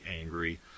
angry